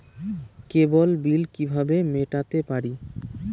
কেবল bill কিভাবে মেটাতে পারি?